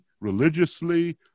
religiously